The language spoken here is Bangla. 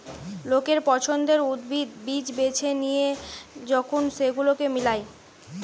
লোকের পছন্দের উদ্ভিদ, বীজ বেছে লিয়ে যখন সেগুলোকে মিলায়